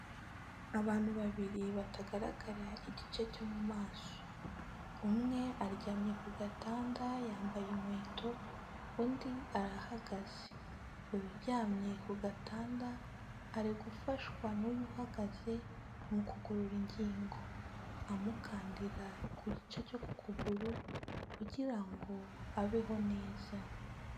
Abantu babiri batagaragara igice cyo mu maso umwe aryamye ku gatanda yambaye inkweto undi arahagaze, uryamye ku gatanda ari gufashwa n'uyu uhagaze mu kugorora ingingo; amukandira ku gice cyo ku kuguru kugira ngo abeho neza.